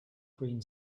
green